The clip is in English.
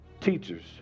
teachers